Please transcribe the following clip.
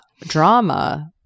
drama